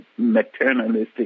maternalistic